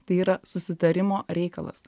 tai yra susitarimo reikalas